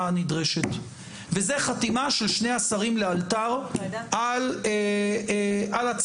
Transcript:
הנדרשת וזו חתימה של שני השרים לאלתר על הצו.